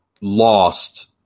lost